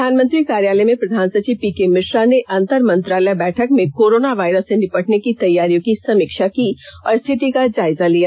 प्रधानमंत्री कार्यालय में प्रधान सचिव पीके मिश्रा ने अंतर मंत्रालय बैठक में कोरोना वायरस से निपटने की तैयारियों की समीक्षा की और स्थिति का जायजा लिया